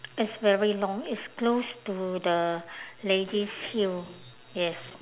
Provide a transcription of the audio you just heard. it's very long it's close to the lady's heel yes